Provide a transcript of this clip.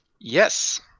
Yes